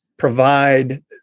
provide